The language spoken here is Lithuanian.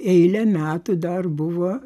eilę metų dar buvo